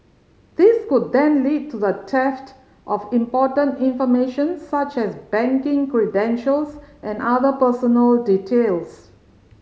this could then lead to the theft of important information such as banking credentials and other personal details